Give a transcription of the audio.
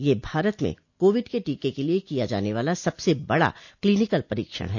यह भारत में कोविड के टीके के लिए किया जाने वाला सबसे बड़ा क्लीनिकल परीक्षण है